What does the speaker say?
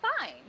fine